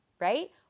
right